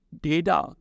data